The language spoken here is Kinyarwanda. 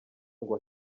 ngo